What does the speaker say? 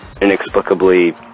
inexplicably